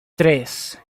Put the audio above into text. tres